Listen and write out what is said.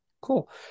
cool